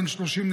בן 30,